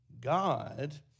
God